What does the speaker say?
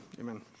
amen